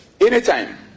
Anytime